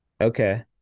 Okay